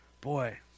Boy